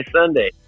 sunday